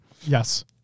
Yes